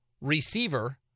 receiver